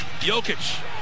Jokic